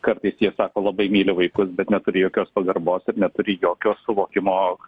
kartais jie sako labai myli vaikus bet neturi jokios pagarbos ir neturi jokio suvokimo